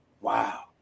Wow